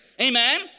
Amen